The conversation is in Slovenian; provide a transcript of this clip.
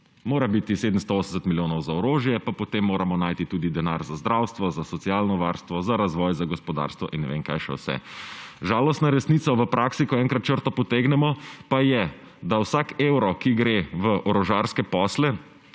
Mora biti 780 milijonov za orožje pa potem moramo najti tudi denar za zdravstvo, za socialno varstvo, za razvoj, za gospodarstvo in ne vem kaj še vse. Žalostna resnica v praksi, ko enkrat črto potegnemo, pa je, da vsak evro, ki gre v orožarske posle,